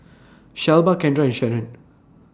Shelba Kendra and Shannen